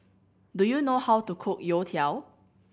do you know how to cook youtiao